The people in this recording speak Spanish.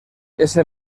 ese